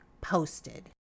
posted